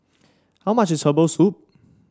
how much is Herbal Soup